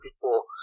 people